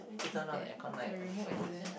it's there it's the remote it's there